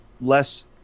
less